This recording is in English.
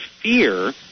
fear